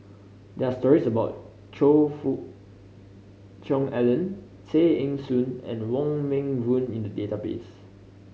there are stories about Choe Fook Cheong Alan Tay Eng Soon and Wong Meng Voon in the database